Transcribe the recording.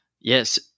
Yes